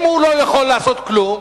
אם הוא לא יכול לעשות כלום,